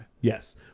Yes